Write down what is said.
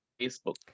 Facebook